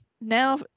now